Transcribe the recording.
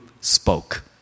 spoke